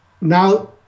now